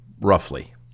roughly